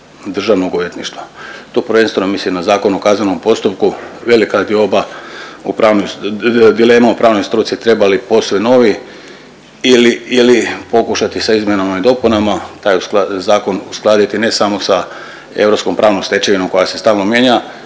Državnog odvjetništva. Tu prvenstveno mislim na Zakon o kaznenom postupku. Velika je dilema u pravnoj struci treba li posve novi ili pokušati sa izmjenama i dopunama, taj zakon uskladiti ne samo sa europskom pravnom stečevinom koja se stalno mijenja